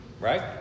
right